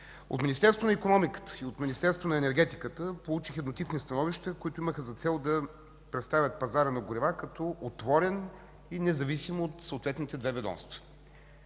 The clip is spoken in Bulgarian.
От Министерството на икономиката и от Министерството на енергетиката получих еднотипни становища, които имаха за цел да представят пазара на горива като отворен и независим от съответните две ведомства.